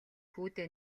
хүүдээ